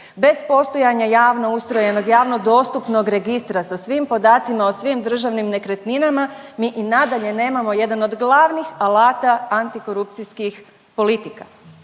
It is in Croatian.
bez postojanja javno ustrojenog, javno dostupnog registra sa svim podacima o svim državnim nekretninama mi i nadalje nemamo jedan od glavnih alata antikorupcijskih politika.